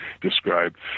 described